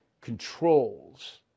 controls